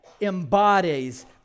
embodies